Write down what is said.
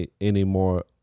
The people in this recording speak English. anymore